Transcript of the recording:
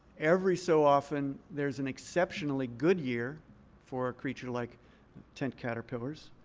every so often, there is an exceptionally good year for a creature like tent caterpillars.